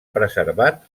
preservat